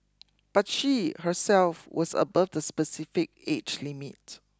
but she herself was above the specified age limit